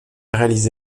réalisé